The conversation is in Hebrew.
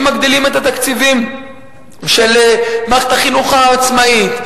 כשמגדילים את התקציבים של מערכת החינוך העצמאית,